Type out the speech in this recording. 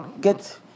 get